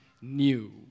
new